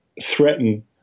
threaten